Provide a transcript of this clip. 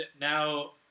now